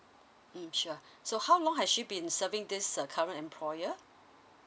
mm sure so how long has she been serving this uh current employer